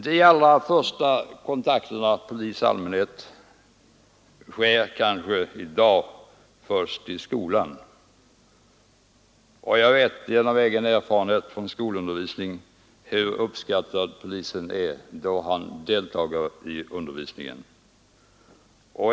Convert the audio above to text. De allra första kontakterna polis—allmänhet sker kanske i dag i skolan. Jag vet genom egen erfarenhet från skolundervisning hur uppskattad polismannen är då han deltar i undervisningen.